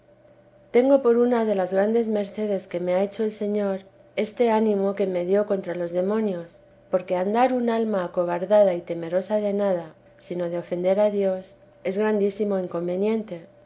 tengo por una de las grandes mercedes que me ha hecho el señor este ánimo que me dio contra los demonios porque andar un alma acobardada y temerosa de nada sino de ofender a dios es grandísimo inconveniente